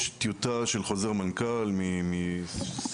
יש טיוטה של חוזר מנכ"ל מ-2021,